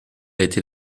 été